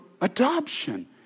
Adoption